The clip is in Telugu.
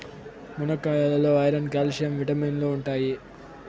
మునక్కాయాల్లో ఐరన్, క్యాల్షియం విటమిన్లు ఉంటాయి